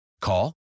call